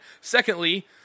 Secondly